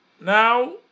Now